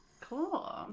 Cool